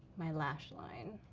my lash line.